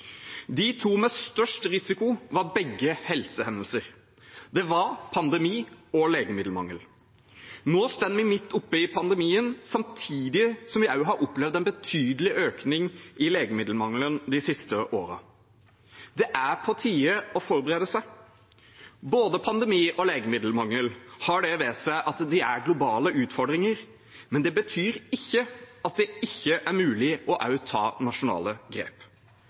De to med størst risiko var begge helsehendelser. Det var pandemi og legemiddelmangel. Nå står vi midt oppe i pandemien, samtidig som vi har opplevd en betydelig økning i legemiddelmangelen de siste årene. Det er på tide å forberede seg. Både pandemi og legemiddelmangel har det ved seg at de er globale utfordringer, men det betyr ikke at det ikke er mulig også å ta nasjonale grep.